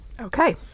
Okay